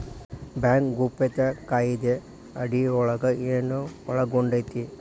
Bank ಗೌಪ್ಯತಾ ಕಾಯಿದೆ ಅಡಿಯೊಳಗ ಏನು ಒಳಗೊಂಡೇತಿ?